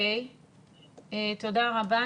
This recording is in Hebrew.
תודה רבה.